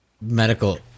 medical